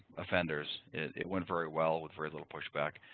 offenders. it went very well with very little push-back.